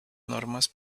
normas